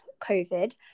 covid